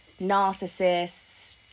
narcissists